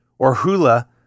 Orhula